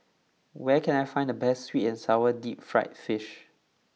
where can I find the best Sweet and Sour Deep Fried Fish